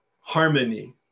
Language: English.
harmony